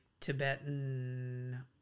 tibetan